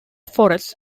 forests